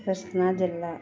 కృష్ణా జిల్లా